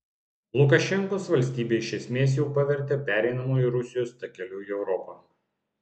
lukašenkos valstybę iš esmės jau pavertė pereinamuoju rusijos takeliu į europą